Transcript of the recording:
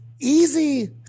easy